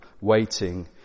waiting